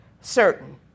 certain